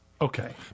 Okay